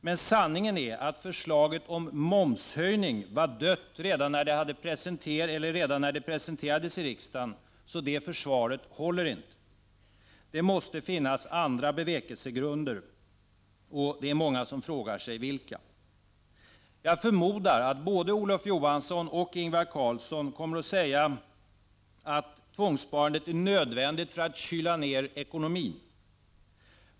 Men sanningen är att förslaget om momshöjning var dött redan när det presenterades i riksdagen, så det försvaret håller inte. Det måste finnas andra bevekelsegrunder. Många frågar sig vilka. Jag förmodar att både Olof Johansson och Ingvar Carlsson kommer att säga att tvångssparandet är nödvändigt för att kyla ner ekonomin.